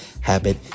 habit